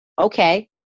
Okay